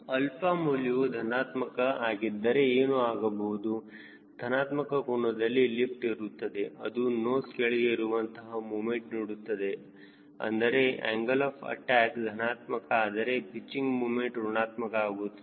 𝛼 ಮೌಲ್ಯವು ಧನಾತ್ಮಕ ಆಗಿದ್ದರೆ ಏನು ಆಗಬಹುದು ಧನಾತ್ಮಕ ಕೋನದಲ್ಲಿ ಲಿಫ್ಟ್ ಇರುತ್ತದೆ ಅದು ನೋಸ್ ಕೆಳಗೆ ಇರುವಂತಹ ಮೂಮೆಂಟ್ ನೀಡುತ್ತದೆ ಅಂದರೆ ಆಂಗಲ್ ಆಫ್ ಅಟ್ಯಾಕ್ ಧನಾತ್ಮಕ ಆದರೆ ಪಿಚ್ಚಿಂಗ್ ಮೂಮೆಂಟ್ ಋಣಾತ್ಮಕ ಆಗುತ್ತದೆ